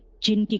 genie?